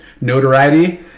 notoriety